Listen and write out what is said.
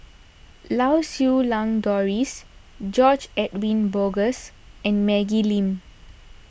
Lau Siew Lang Doris George Edwin Bogaars and Maggie Lim